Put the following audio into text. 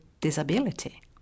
Disability